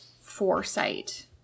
foresight